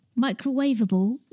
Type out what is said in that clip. microwavable